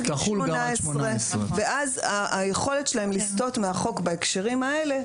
גיל 18 ואז היכולת שלהם לסטות מהחוק בהקשרים האלה,